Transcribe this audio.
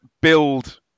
build